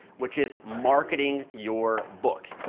which is marketing your book,